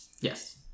Yes